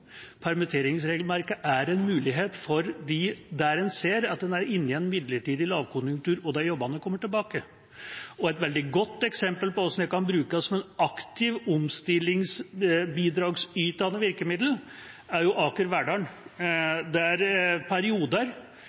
Permitteringsregelverket er en mulighet når man ser at man er inne i en midlertidig lavkonjunktur og at jobbene vil komme tilbake. Et veldig godt eksempel på hvordan vi kan bruke det som et aktivt omstillingsbidragsytende virkemiddel, er jo Aker Verdal, der permitteringsregelverket i perioder